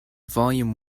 volume